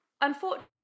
unfortunately